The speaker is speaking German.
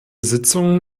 sitzungen